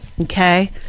Okay